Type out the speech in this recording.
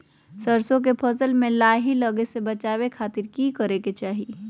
सरसों के फसल में लाही लगे से बचावे खातिर की करे के चाही?